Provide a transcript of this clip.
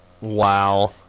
Wow